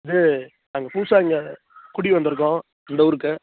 இது நாங்கள் புதுசாக இங்கே குடி வந்திருக்கோம் இந்த ஊருக்கு